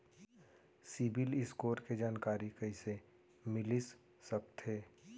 CIBIL score के जानकारी कइसे मिलिस सकथे?